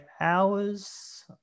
hours